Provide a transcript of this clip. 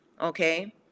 Okay